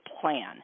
plan